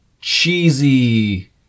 cheesy